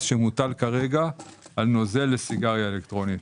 שמוטל כרגע על נוזל לסיגריות אלקטרוניות.